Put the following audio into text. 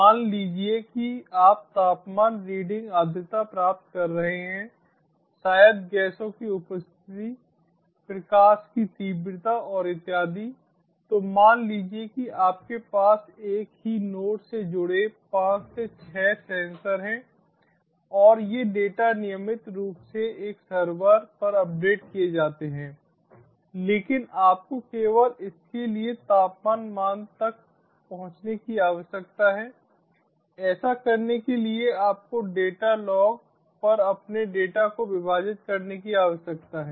मान लीजिए कि आप तापमान रीडिंग आर्द्रता प्राप्त कर रहे हैं शायद गैसों की उपस्थिति प्रकाश की तीव्रता और इत्यादि तो मान लीजिए कि आपके पास एक ही नोड से जुड़े पांच से छह सेंसर हैं और ये डेटा नियमित रूप से एक सर्वर पर अपडेट किए जाते हैं लेकिन आपको केवल इसके लिए तापमान मान तक पहुंचने की आवश्यकता है ऐसा करने के लिए आपको डेटा लॉग पर अपने डेटा को विभाजित करने की आवश्यकता है